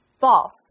False